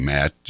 Matt